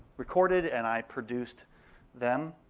recorded, and i produced them.